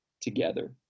together